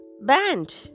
band